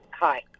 Hi